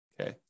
okay